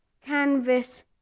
canvas